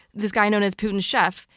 this guy known as putin's chef,